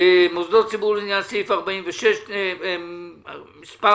מוסדות ציבור לעניין סעיף 46, מספר